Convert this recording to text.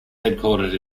headquartered